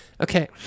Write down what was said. Okay